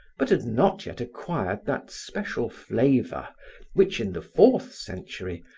but had not yet acquired that special flavor which in the fourth century,